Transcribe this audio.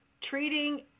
Treating